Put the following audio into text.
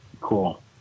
Cool